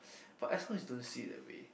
but as long as you don't see it that way